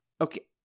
Okay